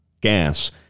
gas